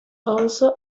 also